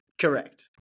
Correct